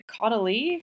Caudalie